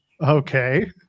Okay